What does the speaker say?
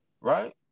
Right